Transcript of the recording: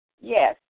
Yes